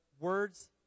words